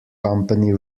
company